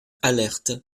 alerte